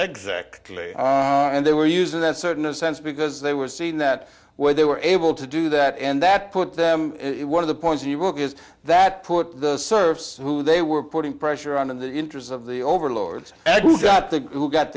exactly and they were using that certain sense because they were seeing that what they were able to do that and that put them in one of the points you want is that put the serbs who they were putting pressure on in the interests of the overlords eggs out the who got